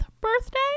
birthday